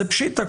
זו פשיטא,